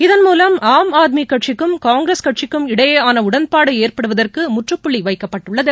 இதன்மூலம் ஆம் ஆத்மி கட்சிக்கும் காங்கிரஸ் கட்சிக்கும் இடையோன உடன்பாடு ஏற்படுவதற்கு முற்றுப்புள்ளி வைக்கப்பட்டுள்ளது